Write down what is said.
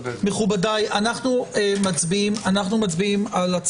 אנחנו אישרנו את